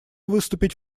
выступить